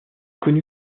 connu